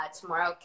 tomorrow